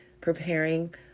preparing